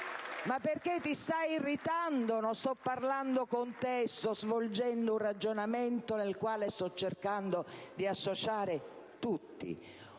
Ma perché ti stai irritando? Non sto parlando con te, sto svolgendo un ragionamento al quale sto cercando di associare tutti.